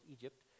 Egypt